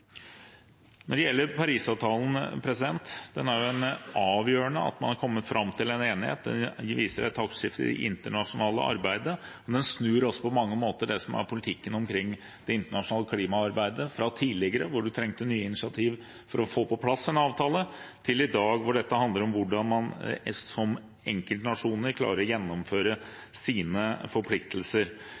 Når det gjelder Paris-avtalen, er det avgjørende at man har kommet fram til en enighet. Den viser et taktskifte i det internasjonale arbeidet, men den snur også på mange måter det som er politikken omkring det internasjonale klimaarbeidet fra tidligere, hvor man trengte nye initiativ for å få på plass en avtale, til i dag, hvor dette handler om hvordan man som enkeltnasjoner klarer å gjennomføre sine forpliktelser.